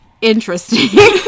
interesting